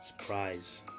surprise